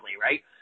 right